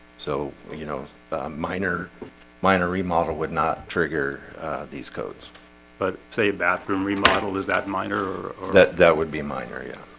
so, you know minor minor remodel would not trigger these codes but say a bathroom remodel does that minor or that that would be minor. yeah,